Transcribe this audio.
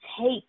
take